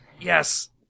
Yes